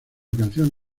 canción